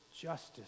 justice